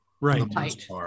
Right